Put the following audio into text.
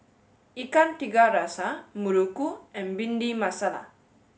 Ikan Tiga Rasa Muruku and Bhindi Masala